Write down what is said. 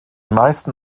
meisten